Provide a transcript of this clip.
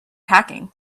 packing